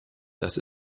das